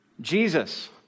Jesus